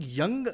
young